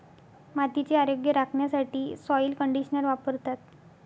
मातीचे आरोग्य राखण्यासाठी सॉइल कंडिशनर वापरतात